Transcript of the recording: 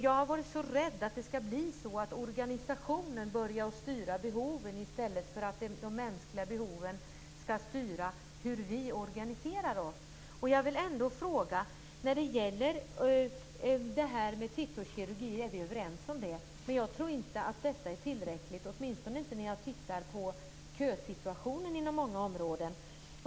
Jag har varit rädd för att det skall bli organisationen som börjar styra behoven, i stället för att det är de mänskliga behoven som styr hur vi organiserar oss. När det gäller det här med titthålskirurgi är vi överens. Jag tror dock inte att det är tillräckligt, åtminstone inte när jag tittar på kösituationen inom många områden.